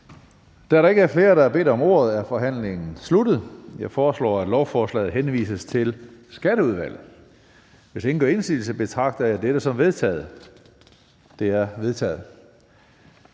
Da der ikke er flere, der har bedt om ordet, er forhandlingen sluttet. Jeg foreslår, at lovforslaget henvises til Skatteudvalget. Hvis ingen gør indsigelse, betragter jeg dette som vedtaget. Det er vedtaget.